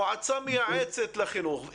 מועצה מייעצת לחינוך.